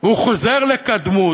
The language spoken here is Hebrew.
הוא חוזר לקדמות.